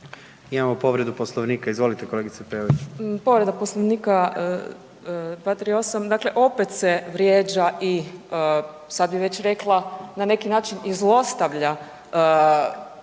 Imamo povredu Poslovnika, izvolite kolegice Peović. **Peović, Katarina (RF)** Povreda Poslovnika 238., dakle opet se vrijeđa i sad bi već rekla na neki način i zlostavlja članica